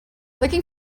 looking